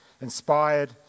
inspired